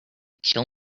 kill